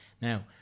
Now